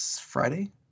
friday